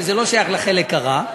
וזה לא שייך לחלק הרע.